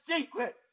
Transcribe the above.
secret